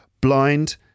Blind